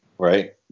Right